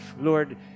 Lord